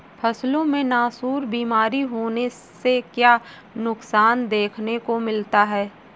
फसलों में नासूर बीमारी होने से क्या नुकसान देखने को मिलता है?